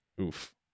oof